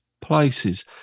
places